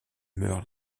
meurt